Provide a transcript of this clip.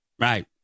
Right